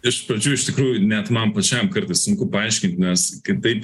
iš pradžių iš tikrųjų net man pačiam kartais sunku paaiškint nes kitaip